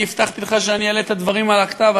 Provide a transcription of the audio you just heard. אני הבטחתי לך שאני אעלה את הדברים על הכתב,